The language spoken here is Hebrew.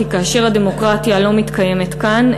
כי כאשר הדמוקרטיה לא מתקיימת כאן,